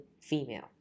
female